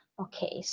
okay